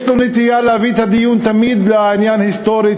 יש לו נטייה להביא את הדיון תמיד לעניין היסטורי,